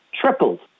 tripled